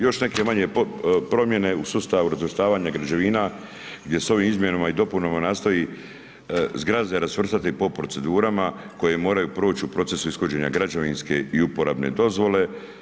Još neke manje promjene u sustavu razvrstavanja građevina gdje su ovim izmjenama i dopunama nastoji zgrade razvrstati po procedurama koje moraju proć u procesu ishođenja građevinske i uporabne dozvole.